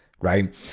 right